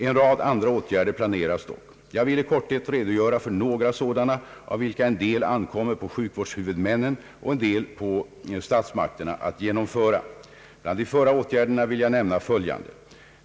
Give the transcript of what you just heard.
En rad andra åtgärder planeras dock. Jag vill i korthet redogöra för några sådana av vilka en del ankommer på sjukvårdshuvudmännen och en del på statsmakterna att genomföra. Bland de förra åtgärderna vill jag nämna följande.